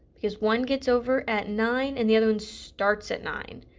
because one gets over at nine and the other one starts at nine,